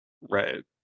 Right